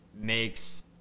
makes